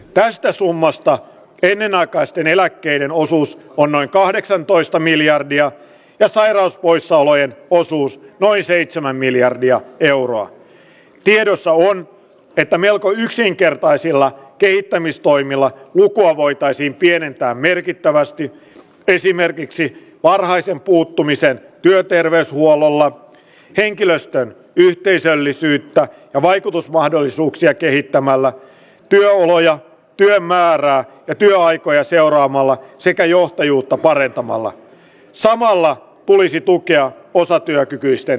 tästä summasta ennenaikaisten eläkkeiden osuus on noin kahdeksantoista miljardia ja sairauspoissaolojen osuus noin seitsemän miljardia euroa tiedossa on että melko yksinkertaisilla kehittämistoimilla niitä voitaisiin pienentää merkittävästi esimerkiksi varhaisen puuttumisen työterveyshuollolla henkilöstä yhteisöllisyyttä ja vaikutusmahdollisuuksia kehittämällä työoloja työmäärää ja työaikoja seuraamalla sekä johtajuutta parentamalla samalla tulisi tukea osatyökykyisten